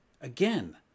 Again